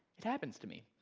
it happens to me.